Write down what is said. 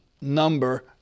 number